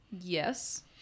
Yes